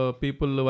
people